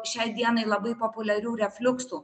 šiai dienai labai populiarių refliuksų